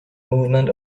movement